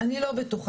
אני לא בטוחה.